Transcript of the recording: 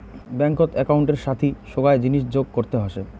ব্যাঙ্কত একউন্টের সাথি সোগায় জিনিস যোগ করতে হসে